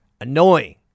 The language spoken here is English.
Annoying